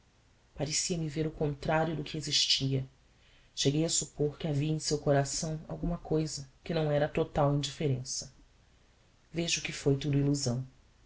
tudo parecia-me ver o contrario do que existia cheguei a suppor que havia em seu coração alguma cousa que não era a total indifferença vejo que foi tudo illusão